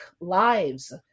lives